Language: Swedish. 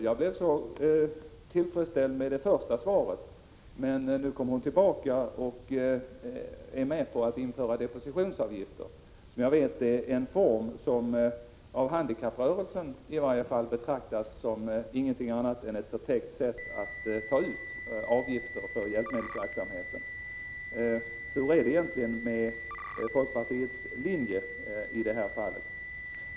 Jag blev så tillfredsställd med hennes första inlägg, men nu är hon med på att införa depositionsavgifter. Jag vet att handikapprörelsen betraktar depositionsavgifter som ett sätt att i förtäckt form ta ut avgifter för hjälpmedelsverksamheten. Vad är folkpartiets linje i denna fråga?